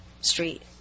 street